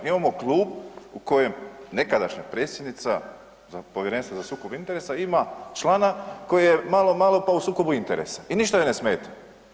Imamo klub u kojem nekadašnja predsjednica Povjerenstva za sukob interesa ima člana koji je malo, malo, pa u sukobu interesa i ništa joj ne smeta.